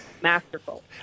masterful